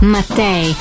Matei